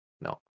No